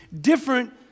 different